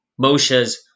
Moshe's